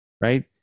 right